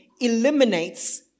eliminates